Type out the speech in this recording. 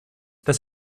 dass